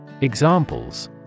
Examples